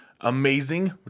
amazing